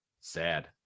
sad